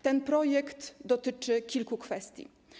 Ten projekt dotyczy kilku kwestii.